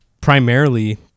primarily